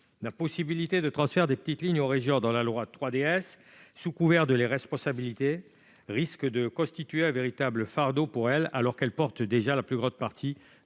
n'a possibilité de transfert des petites lignes aux régions dans la loi 3DS sous couvert de les responsabilités risque de constituer un véritable fardeau pour elle alors qu'elle porte déjà la plus grande partie du coût